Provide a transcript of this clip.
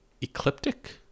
ecliptic